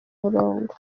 murongo